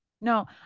no